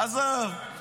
--- עזוב,